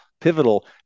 pivotal